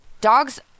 dogs